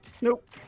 Nope